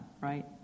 right